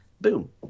boom